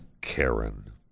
Karen